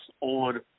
on